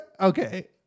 Okay